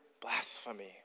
blasphemy